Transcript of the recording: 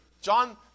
John